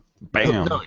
Bam